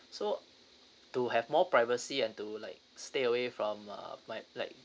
so to have more privacy and to like stay away from uh my like